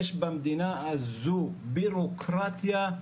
יש במדינה הזו בירוקרטיה,